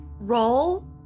Roll